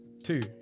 Two